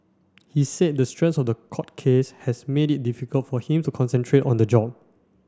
he said the stress of the court case has made it difficult for him to concentrate on the job